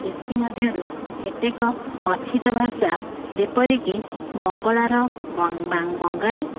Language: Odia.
ସେଥି ମଧ୍ୟରୁ କେତେକ କଥିତ ଭାଷା ଯେପରିକି ବଙ୍ଗଳାର ବଙ୍ଗାଳୀ